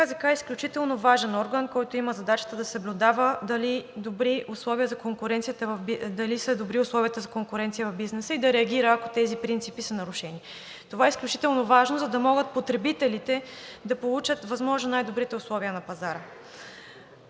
КЗК е изключително важен орган, който има задачата да съблюдава дали са добри условията за конкуренция в бизнеса и да реагира, ако тези принципи са нарушени. Това е изключително важно, за да могат потребителите да получат възможно най-добрите условия на пазара.